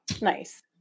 Nice